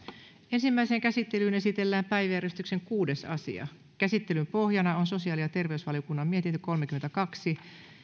ensimmäiseen käsittelyyn esitellään päiväjärjestyksen kuudes asia käsittelyn pohjana on sosiaali ja terveysvaliokunnan mietintö kolmekymmentäkaksi